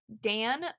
Dan